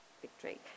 victory